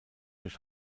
durch